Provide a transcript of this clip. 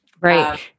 Right